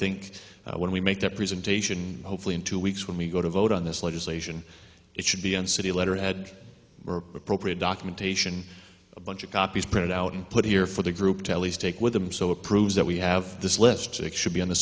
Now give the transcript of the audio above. think when we make a presentation hopefully in two weeks when we go to vote on this legislation it should be in city letterhead appropriate documentation a bunch of copies printed out and put here for the group tallies take with them so it proves that we have this lipstick should be on the